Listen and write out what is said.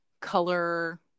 color